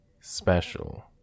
special